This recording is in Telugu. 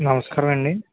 నమస్కారమండి